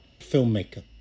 filmmaker